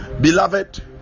beloved